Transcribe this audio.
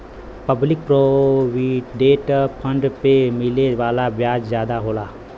public provident fund पे मिले वाला ब्याज जादा होला